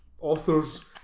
authors